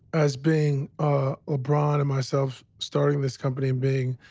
as being ah lebron and myself starting this company and being